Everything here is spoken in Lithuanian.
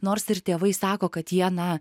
nors ir tėvai sako kad jie na